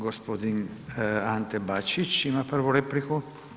Gospodin Ante Bačić ima prvu repliku.